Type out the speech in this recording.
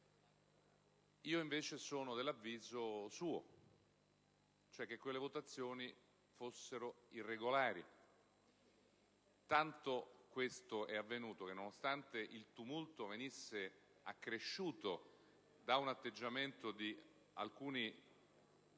Io invece sono del suo stesso avviso, cioè che quelle votazioni fossero irregolari: tanto questo è avvenuto che, nonostante il tumulto venisse accresciuto da un atteggiamento di alcuni